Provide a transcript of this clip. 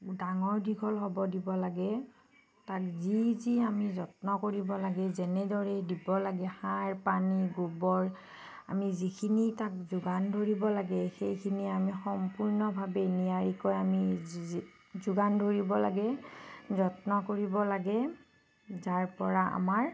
ডাঙৰ দীঘল হ'ব দিব লাগে তাক যি যি আমি যত্ন কৰিব লাগে যেনেদৰে দিব লাগে সাৰ পানী গোবৰ আমি যিখিনি তাক যোগান ধৰিব লাগে সেইখিনি আমি সম্পূৰ্ণভাৱে নিয়াৰিকৈ আমি যোগান ধৰিব লাগে যত্ন কৰিব লাগে যাৰপৰা আমাৰ